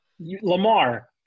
Lamar